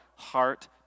Heart